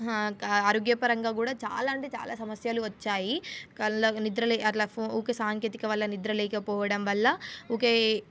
ఆరోగ్యపరంగా కూడా చాలా అంటే చాలా సమస్యలు వచ్చాయి కళ నిద్రలే అట్లా ఊరికే సాంకేతిక వల్ల నిద్ర లేకపోవడం వల్ల ఒకే